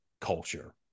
culture